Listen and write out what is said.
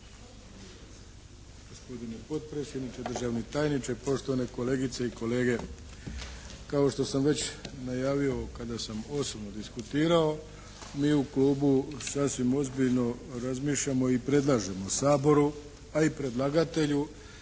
Gospodine potpredsjedniče, državni tajniče, poštovane kolegice i kolege. Kao što sam već najavio kada sam osobno diskutirao mi u klubu sasvim ozbiljno razmišljamo i predlažemo Saboru a i predlagatelju